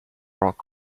rock